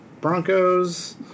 Broncos